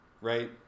right